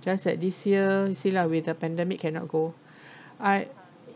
just at this year you see lah with the pandemic cannot go I